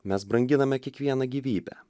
mes branginame kiekvieną gyvybę